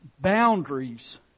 boundaries